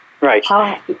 Right